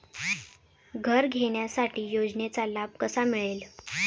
घर घेण्यासाठी योजनेचा लाभ कसा मिळेल?